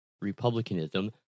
republicanism